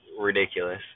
ridiculous